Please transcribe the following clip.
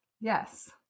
Yes